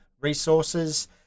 resources